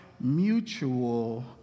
Mutual